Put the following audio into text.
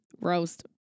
Roast